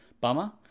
bummer